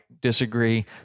disagree